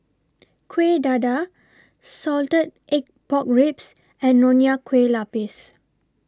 Kuih Dadar Salted Egg Pork Ribs and Nonya Kueh Lapis